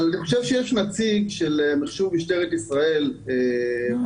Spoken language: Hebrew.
אבל אני חושב שיש נציג של מחשוב משטרת ישראל בוועדה,